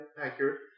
accurate